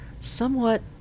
somewhat